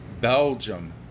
Belgium